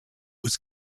was